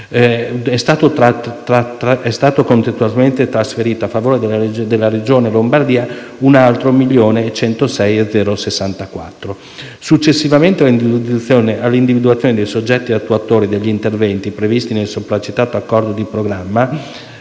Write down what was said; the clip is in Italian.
È stata quindi trasferita a favore della Regione Lombardia un'ulteriore somma di 1.106.064 euro. Successivamente all'individuazione dei soggetti attuatori degli interventi previsti nel sopracitato Accordo di programma,